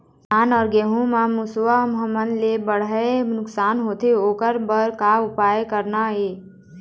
धान अउ गेहूं म मुसवा हमन ले बड़हाए नुकसान होथे ओकर बर का उपाय करना ये?